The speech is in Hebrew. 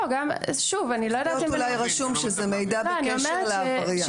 יכול להיות רשום שזה מידע בקשר לעבריין.